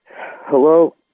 Hello